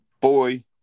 boy